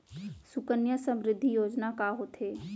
सुकन्या समृद्धि योजना का होथे